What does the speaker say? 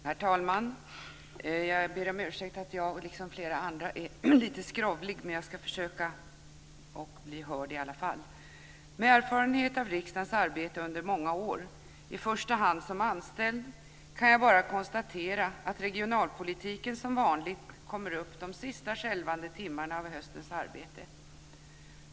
Herr talman! Jag ber om ursäkt för att jag liksom flera andra är lite skrovlig. Men jag ska försöka att bli hörd i alla fall. Med erfarenhet av riksdagens arbete under många år - i första hand som anställd - kan jag bara konstatera att regionalpolitiken som vanligt kommer upp under de sista skälvande timmarna av höstens arbete.